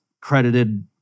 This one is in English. credited